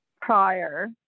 prior